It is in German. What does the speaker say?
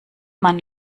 man